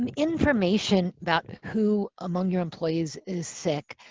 um information about who among your employees is sick,